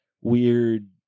weird